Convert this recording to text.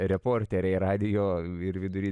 reporteriai radijo ir vidury